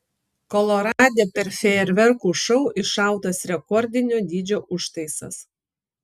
kolorade per fejerverkų šou iššautas rekordinio dydžio užtaisas